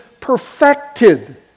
perfected